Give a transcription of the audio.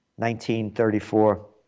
1934